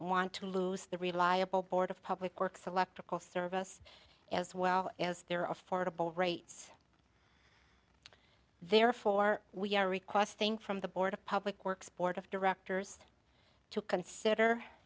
want to lose their reliable board of public works electrical service as well as their affordable rates therefore we are requesting from the board of public works board of directors to consider